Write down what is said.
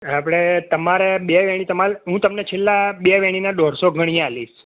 આપડે તમારે બી વેણિ તમાર હું તમને છેલ્લા બે વેણિના ડોડસો ગણી આલીશ